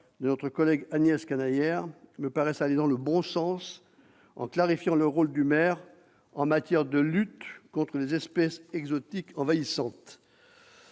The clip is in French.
de notre collègue Agnès Canayer, me paraissent aller dans le bon sens puisqu'ils clarifient le rôle du maire en matière de lutte contre les espèces exotiques envahissantes.